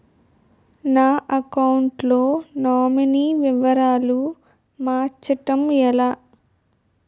నా అకౌంట్ లో నామినీ వివరాలు మార్చటం ఎలా?